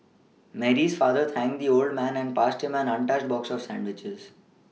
Mary's father thanked the old man and passed him an untouched box of sandwiches